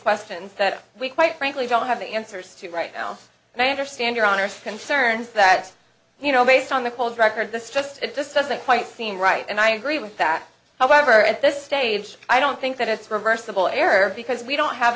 questions that we quite frankly don't have the answers to right now and i understand your honour's concerns that you know based on the cold record this just it just doesn't quite seem right and i agree with that however at this stage i don't think that it's reversible error because we don't have